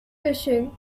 fishing